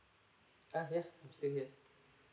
ah ya I'm still here